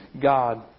God